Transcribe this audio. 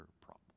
problem